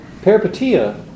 peripatia